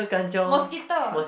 mosquito